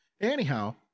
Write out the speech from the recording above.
Anyhow